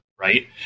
Right